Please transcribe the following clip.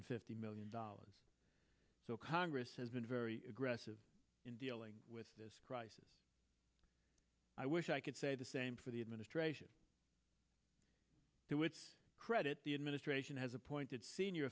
fifty million dollars so congress has been very aggressive in dealing with this crisis i wish i could say the same for the administration to its credit the administration has appointed senior